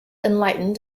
enlightened